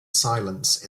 silence